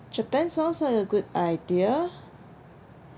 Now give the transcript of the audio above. japan sounds like a good idea